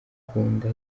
akunda